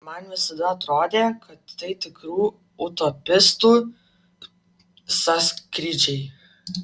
man visada atrodė kad tai tikrų utopistų sąskrydžiai